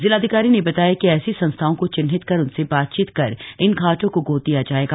जिलाधिकारी ने बताया कि ऐसी संस्थाओं को चिन्हित कर उनसे बातचीत कर इन घाटों को गोद दिया जाएगा